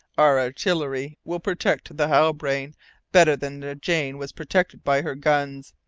our artillery will protect the halbrane better than the jane was protected by her guns.